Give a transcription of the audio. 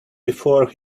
before